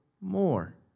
more